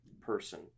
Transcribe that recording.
person